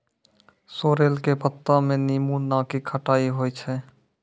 sorrel के पत्ता मॅ नींबू नाकी खट्टाई होय छै